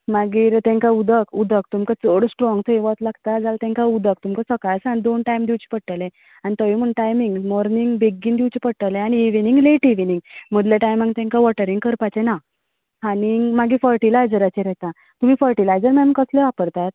मागीर तेंकां उदक उदक तुमकां चड स्ट्रोंग वत लागता जाल्यार सकाळ सांज दोन टायम तेंकां उदक दिवचेंच पडटलें आनी तोवूय म्हणून टायमींग मोर्नींग बेगीन दिवचें पडटलें आनी इविनींग लेट इविनींग मदल्या टायमान तेंकां वॉटरींग करपाचें ना आनी मागीर फर्टिलायजरांचेर येता तुमी फर्टिलायजर मॅम कसलें वापरतात